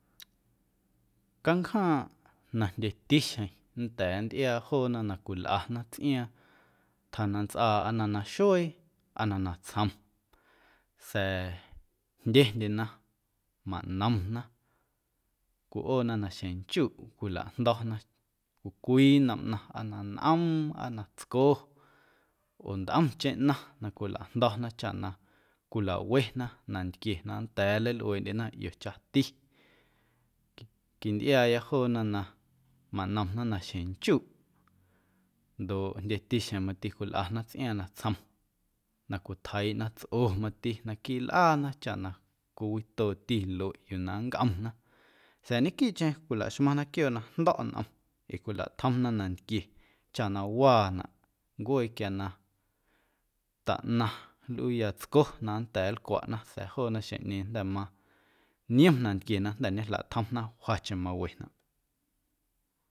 Canjaaⁿꞌ na jndyetixjeⁿ nnda̱a̱ nntꞌiaa joona na cwilꞌana tsꞌiaaⁿ tja na ntsꞌaa aa na naxuee aa na natsjom sa̱a̱ jndyendyena manomna cwiꞌoona na xjeⁿnchuꞌ cwilajndo̱na cwii cwii nnom ꞌnaⁿ aa na nꞌoom aa na tsco oo ntꞌomcheⁿ ꞌnaⁿ na cwilajdo̱na chaꞌ na cwilawena nantquie na nnda̱a̱ nleilꞌueeꞌndyena ꞌiochati, quintꞌiaaya joona na manomna na xjeⁿnchuꞌ ndoꞌ jndyetixjeⁿ mati cwilꞌana tsꞌiaaⁿ natsjom na cwitjiiꞌna tsꞌo mati naquiiꞌ lꞌaana chaꞌ na cwiwitooti lueꞌ yuu na nncꞌomna sa̱a̱ ñequiiꞌcheⁿ cwilaxmaⁿna quiooꞌ na jndo̱ꞌ nꞌom ee cwilatjomna nantquie chaꞌ na waanaꞌ ncuee quia na taꞌnaⁿ nlꞌuuya tsco na nnda̱a̱ nlcwaꞌna sa̱a̱ joona xjeⁿꞌñeeⁿ jnda̱ maniom nantquie na jnda̱ ñejlatjomna wjacheⁿmawenaꞌ.